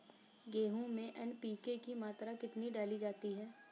गेहूँ में एन.पी.के की मात्रा कितनी डाली जाती है?